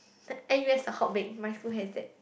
N_U_S the Hotcakes my school has that